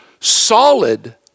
solid